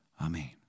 Amen